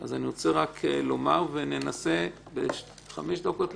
אני רוצה לומר ואני אנסה לסכם בחמש דקות: